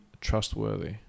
trustworthy